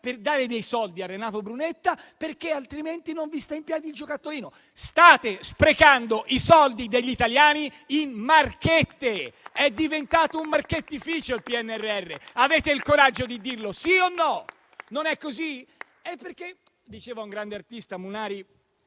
per dare dei soldi a Renato Brunetta, perché altrimenti non vi sta in piedi il giocattolino. State sprecando i soldi degli italiani in marchette! È diventato un marchettificio il PNRR; avete il coraggio di dirlo, sì o no? Non è così? Diceva un grande artista, Munari,